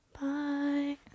Bye